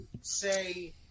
say